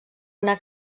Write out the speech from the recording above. una